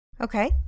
Okay